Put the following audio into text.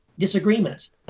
disagreements